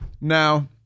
now